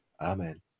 Amen